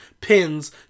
pins